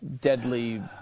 deadly